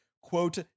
quote